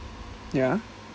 ya